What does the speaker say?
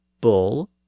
bull